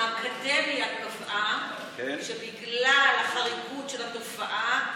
האקדמיה קבעה שבגלל החריגות של התופעה,